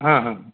ಹಾಂ ಹಾಂ